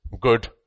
good